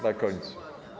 Na końcu.